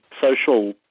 social